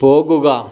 പോകുക